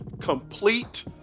complete